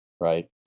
Right